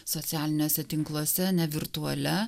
socialiniuose tinkluose ne virtualia